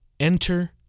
Enter